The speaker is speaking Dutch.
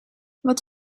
wat